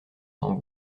sans